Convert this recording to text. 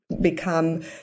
become